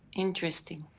interesting.